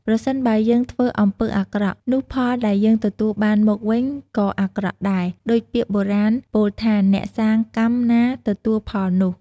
ប្រសិនបើយើងធ្វើអំពើអាក្រក់ នោះផលដែលយើងទទួលបានមកវិញក៏អាក្រក់ដែរ ដូចពាក្យបុរាណពោលថា "អ្នកសាងកម្មណា ទទួលផលនោះ"។